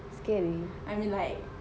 scary